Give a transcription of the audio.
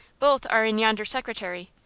both are in yonder secretary.